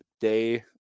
day